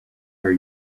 are